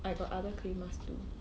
I got other clay mask too